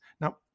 Now